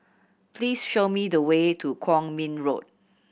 please show me the way to Kwong Min Road